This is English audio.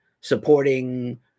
supporting